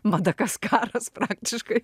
madagaskaras praktiškai